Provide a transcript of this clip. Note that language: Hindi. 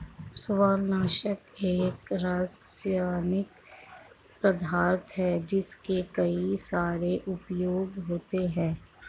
शैवालनाशक एक रासायनिक पदार्थ है जिसके कई सारे उपयोग होते हैं